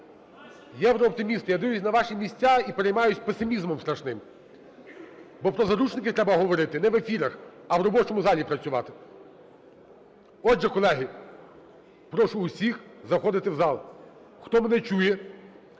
Єврооптимісти, я дивлюсь на ваші місця і переймаюсь песимізмом страшним. Бо про заручників треба говорити не в ефірах, а в робочому залі працювати. Отже, колеги, прошу усіх заходити в зал. Хто мене чує,